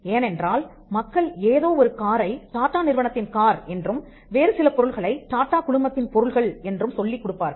ஏனென்றால் மக்கள் ஏதோ ஒரு காரை டாடா நிறுவனத்தின் கார் என்றும் வேறு சில பொருள்களை டாட்டா குழுமத்தின் பொருள்கள் என்றும் சொல்லிக் கொடுப்பார்கள்